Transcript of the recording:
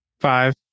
Five